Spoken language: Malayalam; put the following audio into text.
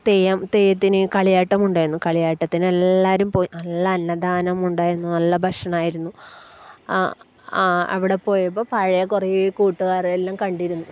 തെയ്യം തെയ്യത്തിന് കളിയാട്ടമുണ്ടായിരുന്നു കളിയാട്ടതിന് എല്ലാവരും പോയി നല്ല അന്നദാനം ഉണ്ടായിരുന്നു നല്ല ഭക്ഷണമായിരുന്നു ആ അവിടെ പോയപ്പം പഴയ കുറേ കൂട്ടുകാരെ എല്ലാം കണ്ടിരുന്നു